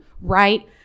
right